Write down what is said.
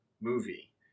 movie